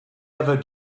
ever